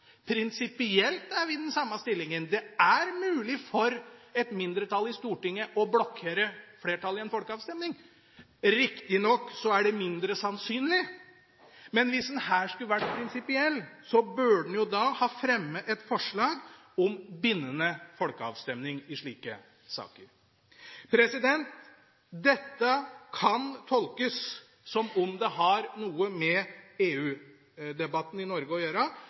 Prinsipielt er vi i den samme stillingen – det er mulig for et mindretall i Stortinget å blokkere flertallet i en folkeavstemning. Riktignok er det mindre sannsynlig, men hvis en her skulle vært prinsipiell, burde en ha fremmet et forslag om bindende folkeavstemning i slike saker. Dette kan tolkes som om det har noe med EU-debatten i Norge å gjøre,